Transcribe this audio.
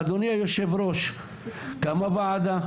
אדוני היושב ראש: קמה ועדה,